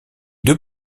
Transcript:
deux